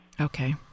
Okay